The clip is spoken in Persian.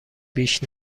بیش